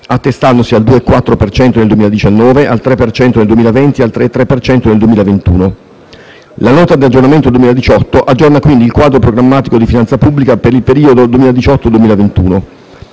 attestandosi al 2,4 per cento nel 2019, al 3 per cento nel 2020 e al 3,3 per cento nel 2021. La Nota di aggiornamento 2018 aggiorna quindi il quadro programmatico di finanza pubblica per il periodo 2018-2021.